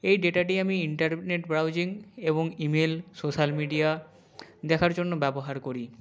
এই ডেটাটি আমি ইন্টারনেট ব্রাউজিং এবং ইমেল সোশ্যাল মিডিয়া দেখার জন্য ব্যবহার করি